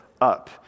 up